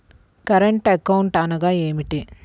Current account అనగా ఏమిటి?